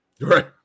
Right